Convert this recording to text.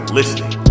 listening